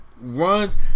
runs